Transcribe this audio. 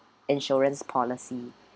insurance policy